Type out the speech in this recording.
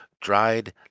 dried